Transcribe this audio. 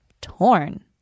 Torn